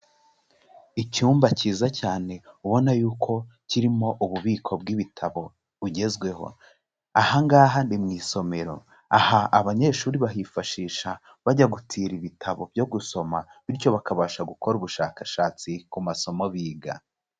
Icyumba cyiza cyane ubona yuko kirimo ububiko bw'ibitabo bugezweho, aha ngaha ni mu isomero, aha abanyeshuri bahifashisha bajya gutira ibitabo byo gusoma bityo bakabasha gukora ubushakashatsi ku masomo biga.